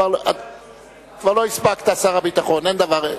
כבר לא הספקת, שר הביטחון, אין דבר.